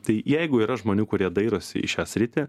tai jeigu yra žmonių kurie dairosi į šią sritį